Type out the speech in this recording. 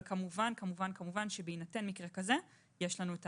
אבל, כמובן, שבהינתן מקרה כזה, יש לנו את